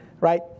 right